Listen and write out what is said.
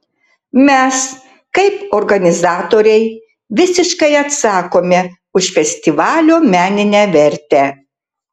mes kaip organizatoriai visiškai atsakome už festivalio meninę vertę